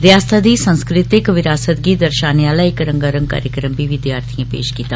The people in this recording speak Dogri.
रियास्ता दी सांस्कृति विरासत गी दर्शाने आला रंगारंग कार्यक्रम बी विद्यार्थियें पेश कीता